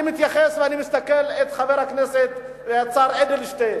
אני מתייחס ואני מסתכל על חבר הכנסת והשר אדלשטיין,